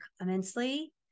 immensely